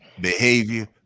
behavior